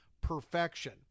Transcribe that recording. perfection